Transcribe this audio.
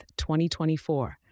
2024